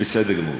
בסדר גמור.